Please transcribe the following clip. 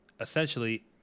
essentially